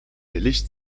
billig